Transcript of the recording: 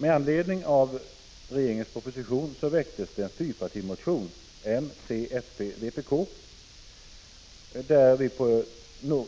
Med anledning av regeringens proposition väcktes en fyrpartimotion, m, c, fp och vpk, i vilken vi på